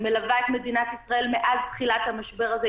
שמלווה את מדינת ישראל מאז תחילת המשבר הזה,